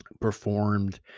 performed